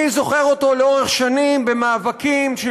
אני זוכר אותו לאורך שנים במאבקים של